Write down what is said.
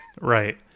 right